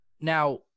Now